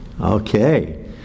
Okay